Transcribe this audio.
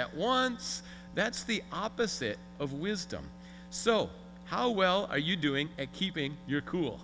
at once that's the opposite of wisdom so how well are you doing at keeping your cool